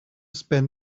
spend